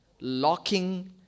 locking